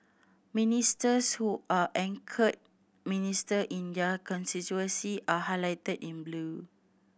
ministers who are anchor minister in their constituency are highlighted in blue